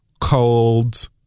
cold